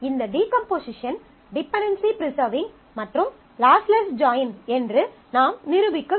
இந்த decomposition dependency preserving மற்றும் lossless join என்று நாம் நிரூபிக்கவில்லை